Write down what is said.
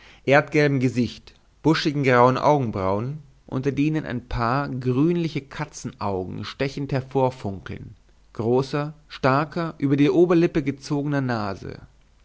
erdgelbem gesicht buschigten grauen augenbrauen unter denen ein paar grünliche katzenaugen stechend hervorfunkeln großer starker über die oberlippe gezogener nase